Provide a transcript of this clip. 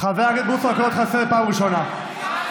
כל עובד זכאי לגרור עד שמונה ימי מחלה של הבן או של הבת שלו.